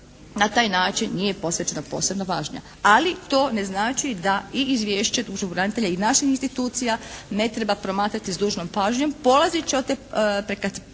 na taj način nije posvećena posebna pažnja. Ali to ne znači da i izvješće pučkog branitelja i naših institucija ne treba promatrati s dužnom pažnjom